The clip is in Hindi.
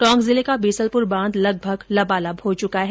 टोंक जिले का बीसलपुर बांध लगभग लबालब हो चुका है